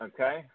Okay